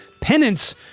penance